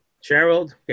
Gerald